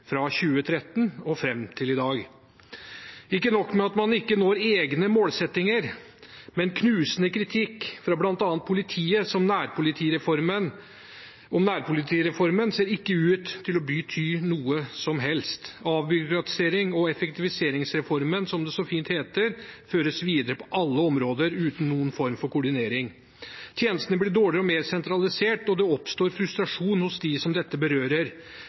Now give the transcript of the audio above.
fra 2013 og fram til i dag. Ikke nok med at man ikke når egne målsettinger – knusende kritikk fra bl.a. politiet av nærpolitireformen ser ikke ut til å bety noe som helst. Avbyråkratiserings- og effektiviseringsreformen, som det så fint heter, føres videre på alle områder uten noen form for koordinering. Tjenestene blir dårligere og mer sentralisert, og det oppstår frustrasjon hos dem dette berører.